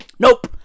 Nope